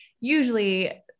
Usually